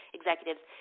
executives